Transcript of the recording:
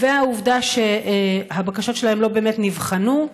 והעובדה שהבקשות שלהם לא באמת נבחנו,